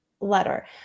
letter